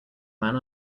man